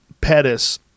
Pettis